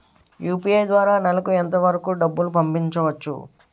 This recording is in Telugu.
యు.పి.ఐ ద్వారా నెలకు ఎంత వరకూ డబ్బులు పంపించవచ్చు?